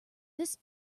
this